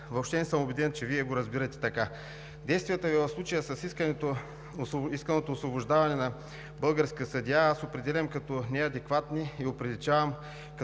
съвсем не съм убеден, че Вие го разбирате така. Действията Ви в случая с исканото освобождаване на български съдия аз определям като неадекватни и оприличавам като